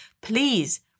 please